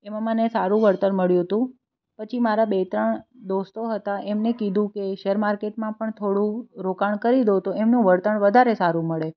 એમાં મને સારું વળતર મળ્યું હતું પછી મારા બે ત્રણ દોસ્તો હતા એમણે કીધું કે શેર માર્કેટમાં પણ થોડું રોકાણ કરી દો તો એમનું વળતર વધારે સારું મળે